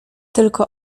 tylko